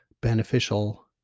beneficial